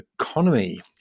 Economy